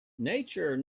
nature